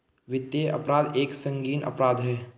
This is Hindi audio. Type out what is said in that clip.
वित्तीय अपराध एक संगीन अपराध है